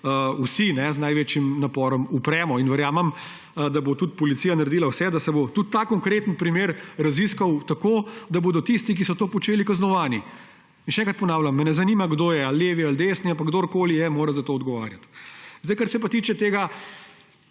vsi z največjim naporom upremo. Verjamem, da bo policija naredila vse, da se bo tudi ta konkretni primer raziskal tako, da bodo tisti, ki so to počeli, kaznovani. In še enkrat ponavljam, ne zanima me, kdo je, ali levi ali desni, ampak kdorkoli je, mora za to odgovarjati. Kar se pa tiče tega,